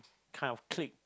kind of click